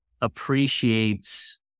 appreciates